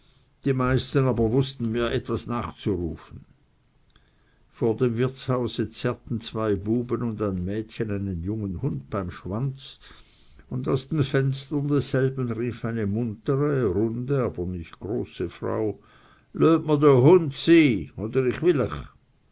die meisten aber wußten mir etwas nachzurufen vor dem wirtshause zerrten zwei buben und ein mädchen einen jungen hund beim schwanz und aus den fenstern desselben rief eine muntere runde aber nicht große frau löt er mr dä hung sy bal oder i will